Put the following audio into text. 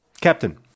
Captain